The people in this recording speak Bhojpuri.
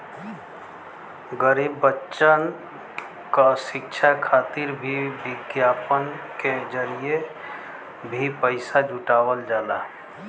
गरीब बच्चन क शिक्षा खातिर भी विज्ञापन के जरिये भी पइसा जुटावल जाला